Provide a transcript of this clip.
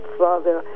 father